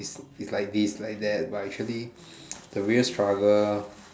its its like this like that but actually the real struggle